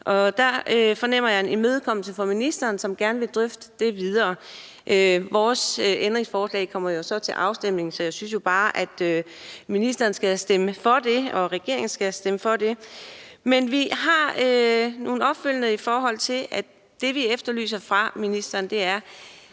Der fornemmer jeg en imødekommenhed fra ministeren, som gerne vil drøfte det videre. Vores ændringsforslag kommer til afstemning, så jeg synes jo bare, at ministeren skal stemme for det, og at regeringen skal stemme for det. Men vi har noget opfølgende, og det, vi efterlyser fra ministeren, er: